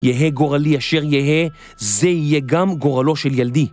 יהה גורלי אשר יהה, זה יהיה גם גורלו של ילדי.